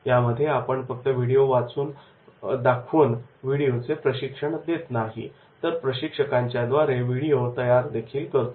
यामध्ये आपण फक्त व्हिडिओ दाखवून व्हिडिओ प्रशिक्षण देत नाही तर प्रशिक्षकांच्याद्वारे व्हिडिओ तयारदेखील करतो